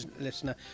listener